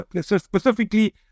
specifically